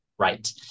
Right